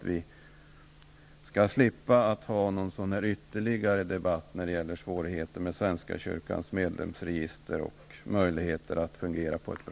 Vi skulle då slippa en ytterligare debatt om svårigheter med svenska kyrkans medlemsregister.